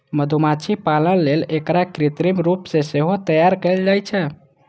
मधुमाछी पालन लेल एकरा कृत्रिम रूप सं सेहो तैयार कैल जाइ छै